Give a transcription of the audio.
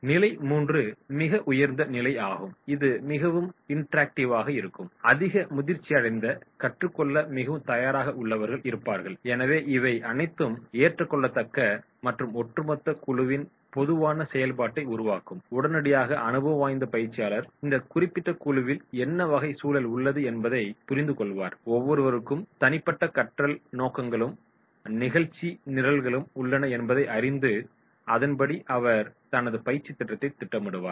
நிலை III மிக உயர்ந்த நிலை ஆகும் இது மிகவும் இன்டராக்ட்டிவாக இருக்கும் அதிக முதிர்ச்சியடைந்த கற்றுக்கொள்ள மிகவும் தயாராக உள்ளவர்கள் இருப்பார்கள் எனவே இவை அனைத்தும் ஏற்றுக்கொள்ளத்தக்க மற்றும் ஒட்டுமொத்த குழுவின் பொதுவான செயல்ட்டை உருவாக்கும் உடனடியாக அனுபவம் வாய்ந்த பயிற்சியாளர் இந்த குறிப்பிட்ட குழுவில் என்ன வகை சூழல் உள்ளது என்பதை புரிந்துகொள்வார் ஒவ்வொருவருக்கும் தனிப்பட்ட கற்றல் நோக்கங்களும் நிகழ்ச்சி நிரலும் உள்ளன என்பதை அறிந்து அதன்படி அவர் தனது பயிற்சித் திட்டத்தைத் திட்டமிடுவார்